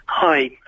Hi